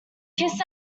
kiss